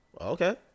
Okay